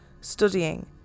studying